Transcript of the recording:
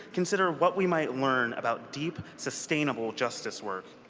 consider what we might learn about deep, sustainable justice work.